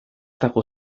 dago